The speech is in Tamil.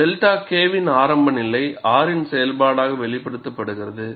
𝛅 K வின் ஆரம்ப நிலை R இன் செயல்பாடாக வெளிப்படுத்தப்படுகிறது